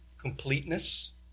completeness